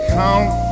count